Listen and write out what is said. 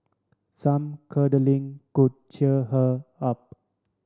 some cuddling could cheer her up